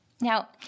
Now